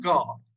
God